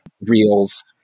reels